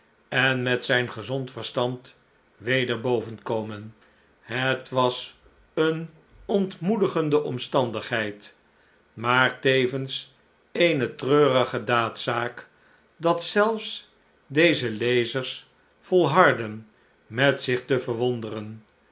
en met zijn gezond verstand weder bovenkomen het was een ontmoedigende omstandigheid maar tevens eene treurige daadzaak dat zelfs deze lezers volhardden met zich te verwonderen